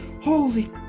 holy